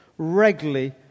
regularly